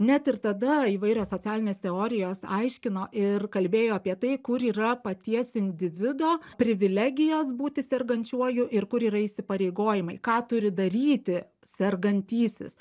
net ir tada įvairios socialinės teorijos aiškino ir kalbėjo apie tai kur yra paties individo privilegijos būti sergančiuoju ir kur yra įsipareigojimai ką turi daryti sergantysis